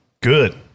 Good